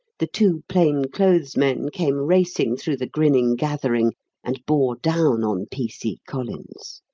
the two plain-clothes men came racing through the grinning gathering and bore down on p c. collins.